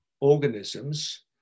organisms